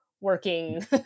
working